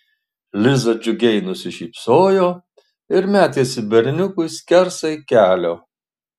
liza džiugiai nusišypsojo ir metėsi berniukui skersai kelio